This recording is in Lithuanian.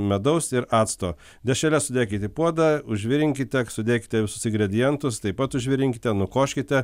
medaus ir acto dešreles sudėkit į puodą užvirinkite sudėkite visus ingredientus taip pat užvirinkite nukoškite